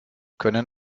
können